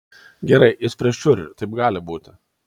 gerai jis prieš fiurerį taip gali būti